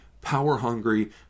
power-hungry